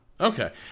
Okay